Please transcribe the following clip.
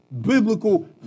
biblical